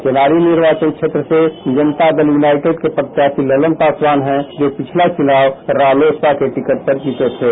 चेनारी निर्वाचन क्षेत्र से जनता दल युनाइटेड के प्रत्याश्रो ललन पासवान हैं जो पिछला चुनाव रालोसपा के टिकट पर जीते थे